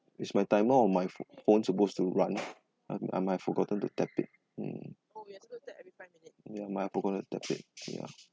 is my timer on my ph~ phone supposed to run I'm I might forgotten to tap it mm ya I forgot to tap it ya